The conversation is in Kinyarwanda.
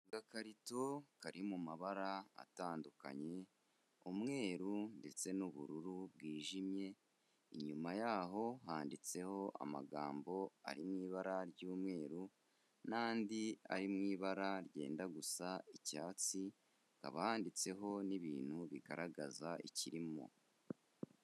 Agakarito kari mu mabara atandukanye, umweru ndetse n'ubururu bwijimye, inyuma yaho handitseho amagambo ari mu ibara ry'umweru n'andi ari mu ibara ryenda gusa icyatsi hakaba handitseho n'ibintu bigaragaza ikirimo.